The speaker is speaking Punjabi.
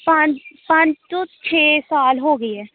ਪੰ ਪੰਜ ਤੋਂ ਛੇ ਸਾਲ ਹੋ ਗਏ ਹੈ